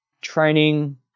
training